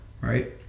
right